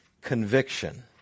conviction